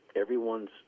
everyone's